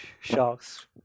sharks